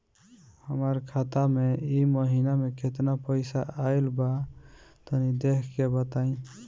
हमरा खाता मे इ महीना मे केतना पईसा आइल ब तनि देखऽ क बताईं?